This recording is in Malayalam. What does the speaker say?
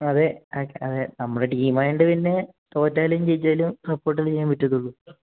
അതെ അതെ നമ്മുടെ ടീമ് ആയതുകൊണ്ട് പിന്നെ തോറ്റാലും ജയിച്ചാലും സപ്പോട്ട് അല്ലേ ചെയ്യാൻ പറ്റത്തുളളൂ